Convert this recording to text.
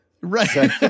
Right